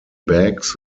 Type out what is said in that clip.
bags